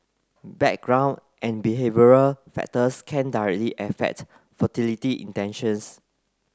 background and behavioural factors can directly affect fertility intentions